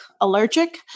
allergic